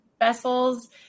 vessels